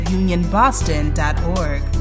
unionboston.org